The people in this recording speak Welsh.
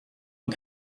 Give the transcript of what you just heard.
yng